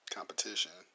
Competition